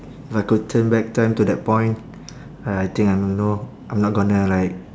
if I could turn back time to that point I think I'm know I'm not gonna like